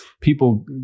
people